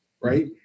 Right